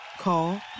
Call